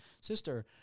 sister